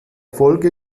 folge